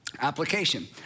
application